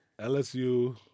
LSU